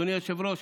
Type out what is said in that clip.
אדוני היושב-ראש?